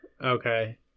Okay